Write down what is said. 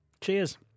Cheers